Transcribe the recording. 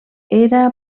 era